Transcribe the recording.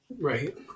Right